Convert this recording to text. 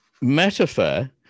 metaphor